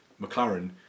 McLaren